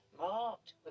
marked